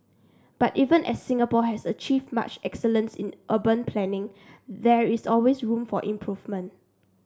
but even as Singapore has achieved much excellence in urban planning there is always room for improvement